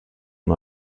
und